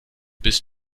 bist